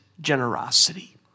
generosity